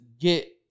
get